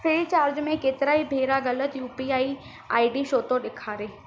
free charge में केतिराई भेरा ग़लति U P I I D छो थो ॾेखारे